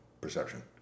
Perception